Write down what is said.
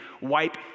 wipe